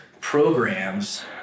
programs